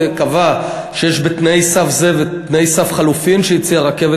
וקבע שיש בתנאי סף זה ותנאי סף חלופיים שהציעה הרכבת